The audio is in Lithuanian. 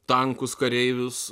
tankus kareivius